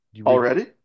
already